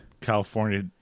California